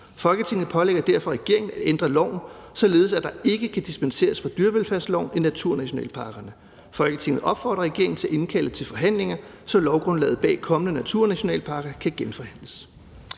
Folketinget pålægger derfor regeringen at ændre loven, således at der ikke kan dispenseres fra dyrevelfærdsloven i naturnationalparkerne. Folketinget opfordrer regeringen til at indkalde til forhandlinger, så lovgrundlaget bag kommende naturnationalparker kan genforhandles.«